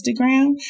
Instagram